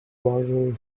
largely